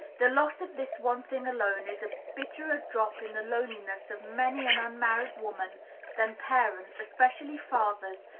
the loss of this one thing alone is a bitterer drop in the loneliness of many an unmarried woman than parents, especially fathers,